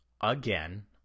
again